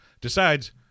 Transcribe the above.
decides